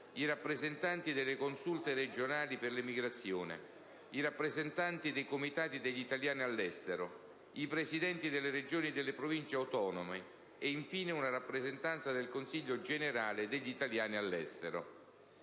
i rappresentanti delle Consulte regionali per l'emigrazione; i rappresentanti dei Comitati degli italiani all'estero; i Presidenti delle Regioni e delle Province autonome e, infine, una rappresentanza del Consiglio generale degli italiani all'estero.